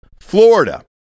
Florida